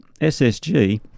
SSG